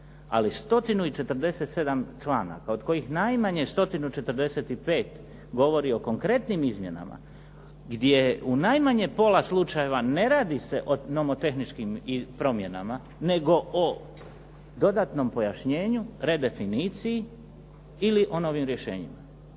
Ali 147 članaka od kojih najmanje 145 govori o konkretnim izmjenama, gdje u najmanje pola slučajeva ne radi se o nomotehničkim promjenama nego o dodatnom pojašnjenju, redefiniciji ili o novim rješenjima.